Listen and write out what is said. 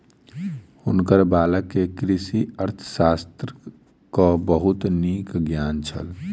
हुनकर बालक के कृषि अर्थशास्त्रक बहुत नीक ज्ञान छल